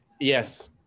Yes